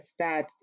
stats